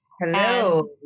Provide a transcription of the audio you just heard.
Hello